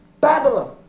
Babylon